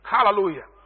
Hallelujah